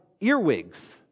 earwigs